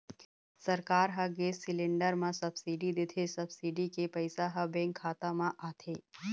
सरकार ह gas cylinder म सब्सिडी देथे, सब्सिडी के पइसा ह बेंक खाता म आथे